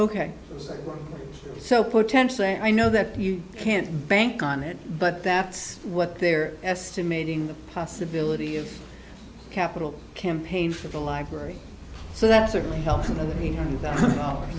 ok so potentially i know that you can't bank on it but that's what they're estimating the possibility of capital campaign for the library so that certainly helps another three hundred thousand dollars